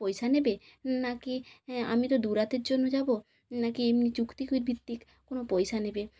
পয়সা নেবে না কি আমি তো দু রাতের জন্য যাবো না কি এমনি চুক্তি ভিত্তিক কোন পয়সা নেবে